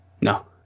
no